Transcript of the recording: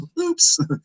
oops